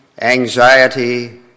anxiety